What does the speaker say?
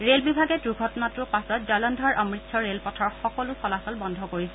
rail বিভাগে দুৰ্ঘটনাটোৰ পাছত জালন্ধৰ অমৃতচৰ ৰে'লপথৰ সকলো চলাচল বন্ধ কৰিছে